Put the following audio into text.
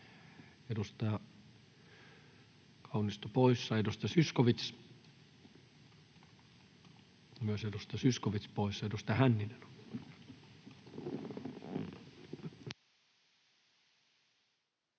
Edustaja Kaunisto poissa. Edustaja Zyskowicz, myös edustaja Zyskowicz poissa. — Edustaja Hänninen.